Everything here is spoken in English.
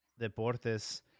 Deportes